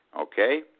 okay